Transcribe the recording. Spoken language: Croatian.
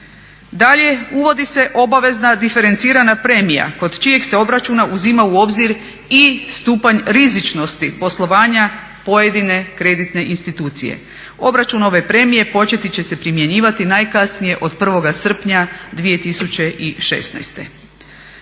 Dalje, uvodi se obavezna diferencirana premija kod čijeg se obračuna uzima u obzir i stupanj rizičnosti poslovanja pojedine kreditne institucije. Obračun ove premije početi će se primjenjivati najkasnije od 1. srpnja 2016.